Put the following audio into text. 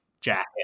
jacket